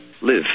live